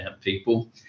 people